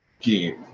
game